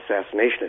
assassination